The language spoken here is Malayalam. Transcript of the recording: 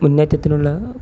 മുന്നേറ്റത്തിനുള്ള